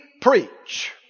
preach